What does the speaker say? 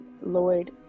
Lloyd